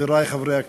חברי חברי הכנסת,